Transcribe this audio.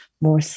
more